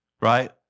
right